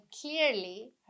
clearly